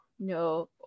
No